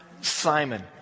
Simon